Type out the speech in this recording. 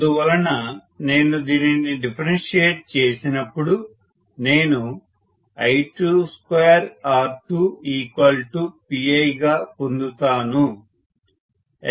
అందువలన నేను దీనిని డిఫరెన్షియేట్ చేసినప్పుడు నేను I22R2Piగా పొందుతాను